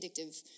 addictive